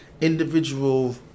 individual